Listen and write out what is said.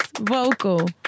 Vocal